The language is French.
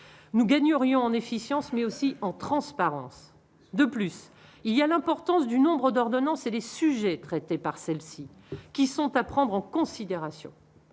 nous gagnerions en efficience, mais aussi en transparence, de plus il y a l'importance du nombre d'ordonnances et les sujets traités par celle-ci, qui sont à prendre en considération,